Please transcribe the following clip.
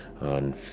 on